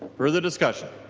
further discussion?